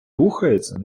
рухається